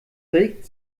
regt